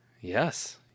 yes